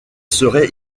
serait